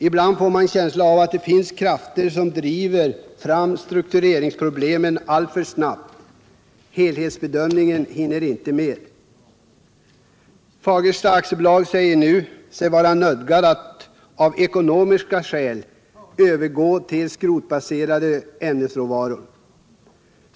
Ibland får man en känsla av att det finns krafter som driver fram struktureringsproblemen alltför snabbt — helhetsbedömningen hinner inte med. Fagersta AB säger sig nu vara nödgat att av ekonomiska skäl övergå till skrotbaserade ämnesråvaror.